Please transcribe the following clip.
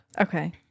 okay